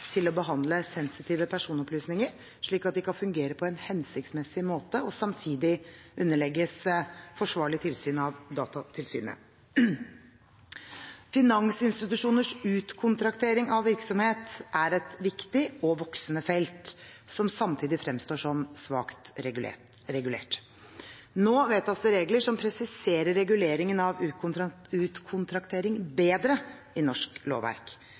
til å behandle sensitive personopplysninger, slik at de kan fungere på en hensiktsmessig måte og samtidig underlegges forsvarlig tilsyn av Datatilsynet. Finansinstitusjoners utkontraktering av virksomhet er et viktig – og voksende – felt, som samtidig fremstår som svakt regulert. Nå vedtas det regler som presiserer reguleringen av utkontraktering bedre i norsk lovverk.